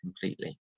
completely